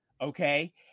okay